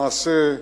למעשה,